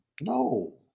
No